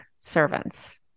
servants